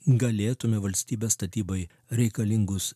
galėtume valstybės statybai reikalingus